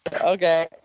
Okay